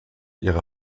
ihrer